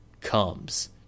comes